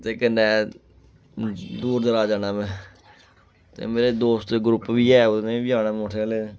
ते कन्नै दूर दराज जाना में ते मेरे दोस्त ग्रुप बी ऐ उनें बी जाना मोटरसैकल